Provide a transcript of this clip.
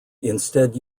instead